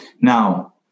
now